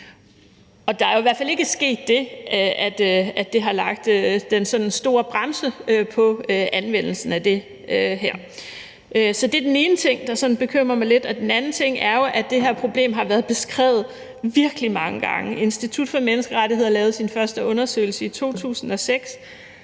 er jo i hvert fald ikke sket det, at det har bremset anvendelsen af det her særlig meget. Så det er den ene ting, der sådan bekymrer mig lidt. Den anden ting er jo, at det her problem har været beskrevet virkelig mange gange. Institut for Menneskerettigheder lavede deres første undersøgelse i 2006.